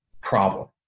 problem